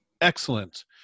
Excellent